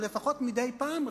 או לפחות מדי פעם,